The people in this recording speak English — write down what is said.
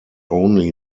only